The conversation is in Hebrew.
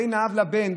בין האב לבן,